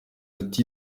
ati